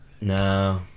no